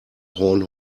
horn